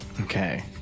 Okay